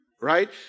Right